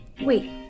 Wait